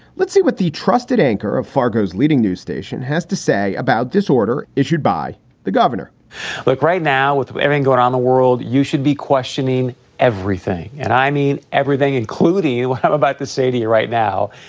let's see what the trusted anchor of fargo's leading news station has to say about this order issued by the governor but like right now, with everything going on the world, you should be questioning everything. and i mean everything, including you about the safety right now.